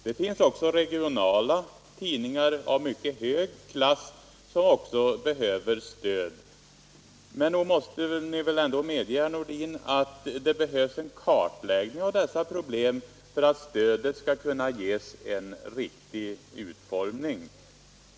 Det finns även regionala tidningar av mycket hög klass, som också behöver stöd. Nog måste ni väl ändå medge, herr Nordin, att det behövs en kartläggning av dessa problem för att stödet skall få en riktig utformning?